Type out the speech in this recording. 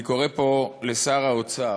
אני קורא פה לשר האוצר,